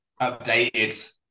Updated